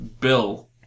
bill